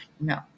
No